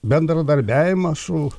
bendradarbiavimą su